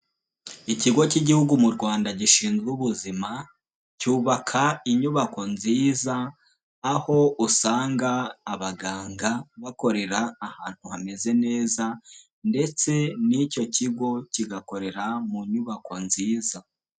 Ikigo cy'Igihugu mu Rwanda gishinzwe ubuzima cyubaka inyubako nziza, aho usanga abaganga bakorera ahantu hameze neza ndetse n'icyo kigo kigakorera mu nyubako nziza.